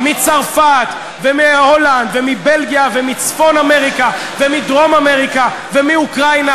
מצרפת ומהולנד ומבלגיה ומצפון-אמריקה ומדרום-אמריקה ומאוקראינה,